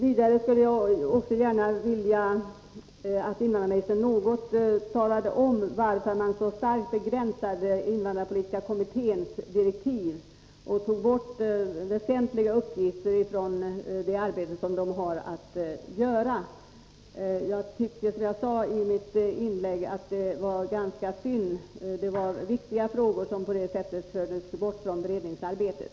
Jag skulle också gärna vilja att invandrarministern något talade om varför man så starkt begränsade invandrarpolitiska kommitténs direktiv och tog bort väsentliga uppgifter från det arbete som den har att utföra. Som jag sade i mitt förra inlägg tycker jag att det var ganska synd. Det var viktiga frågor som på det sättet fördes bort från beredningsarbetet.